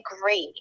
great